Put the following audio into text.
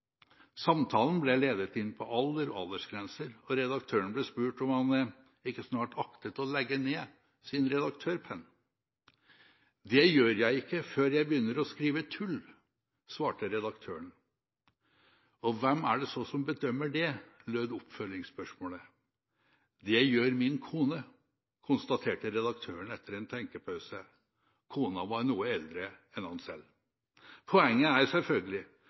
Samtalen ble ledet inn på alder og aldersgrenser, og redaktøren ble spurt om han ikke snart aktet å legge ned sin redaktørpenn. Det gjør jeg ikke før jeg begynner å skrive tull, svarte redaktøren. Og hvem er det så som bedømmer det, lød oppfølgingsspørsmålet. Det gjør min kone, konstaterte redaktøren etter en tenkepause. Kona var noe eldre enn han selv. Poenget er selvfølgelig